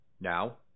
Now